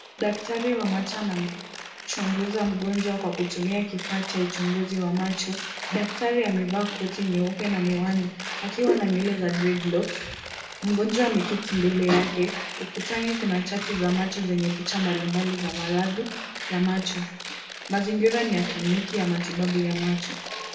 Daktari wa macho anamchunguza mgonjwa kwa kutumia kifaa cha uchunguzi wa macho. Daktari amevaa koti nyeupe na miwani akiwa na nywele za dreadlocks . Mgonjwa ameketi mbele yake. Ukutani kuna chati za macho zenye picha mbalimbali za maradhi ya macho. Mazingira ni ya kliniki ya matibabu ya macho.